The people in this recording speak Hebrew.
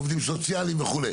עובדים סוציאליים וכו'.